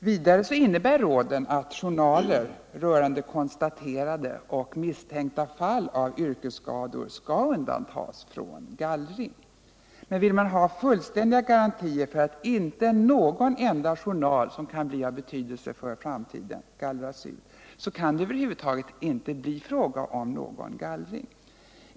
Råden innebär vidare att journaler rörande konstaterade och misstänkta fall av yrkesskador skall undantas från gallring. Men vill man ha fullständiga garantier för att inte någon enda journal som kan bli av betydelse för framtiden gallras ut, kan det över huvud taget inte bli fråga om någon gallring.